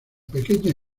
pequeña